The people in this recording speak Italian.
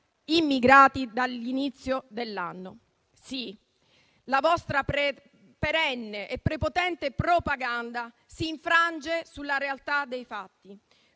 immigrati dall'inizio dell'anno. Sì, la vostra perenne e prepotente propaganda si infrange sulla realtà dei fatti.